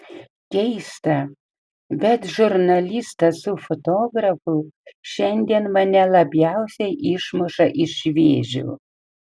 keista bet žurnalistas su fotografu šiandien mane labiausiai išmuša iš vėžių